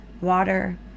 water